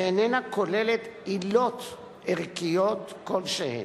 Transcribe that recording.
ואיננה כוללת עילות ערכיות כלשהן.